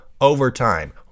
Overtime